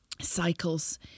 cycles